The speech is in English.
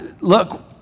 Look